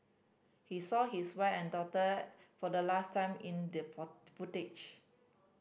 he saw his wife and daughter for the last time in the for footage